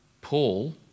Paul